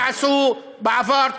כמו שעשו בעבר.